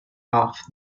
off